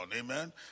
amen